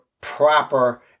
proper